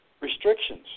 restrictions